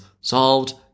solved